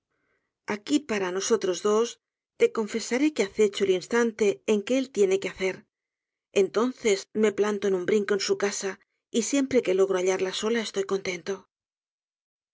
aqui para nosotros dos te confesaré que acecho el instante en que él tiene que hacer entonces me planto de u n brinco en su casa y siempre que logro hallarla sola estoy contento